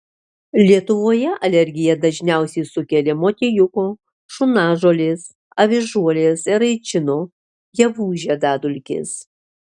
lietuvoje alergiją dažniausiai sukelia motiejuko šunažolės avižuolės eraičino javų žiedadulkės